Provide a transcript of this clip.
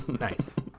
Nice